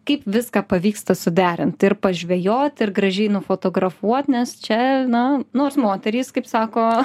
kaip viską pavyksta suderint ir pažvejoti ir gražiai nufotografuot nes čia na nors moterys kaip sako